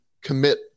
commit